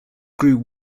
grew